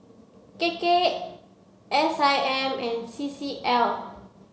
K K S I M and C C L